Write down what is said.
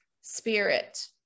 spirit